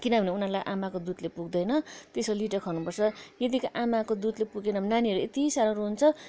किनभने उनीहरूलाई आमाको दुधले पुग्दैन त्यसो लिटो खुवाउनु पर्छ यदि आमाको दुधले पुगेन भने नानीहरू यति साह्रो रुन्छ